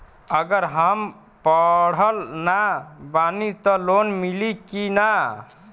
अगर हम पढ़ल ना बानी त लोन मिली कि ना?